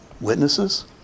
witnesses